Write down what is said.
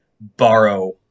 borrow